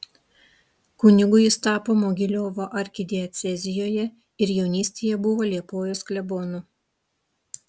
kunigu jis tapo mogiliovo arkidiecezijoje ir jaunystėje buvo liepojos klebonu